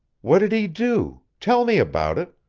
what did he do? tell me about it.